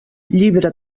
llibre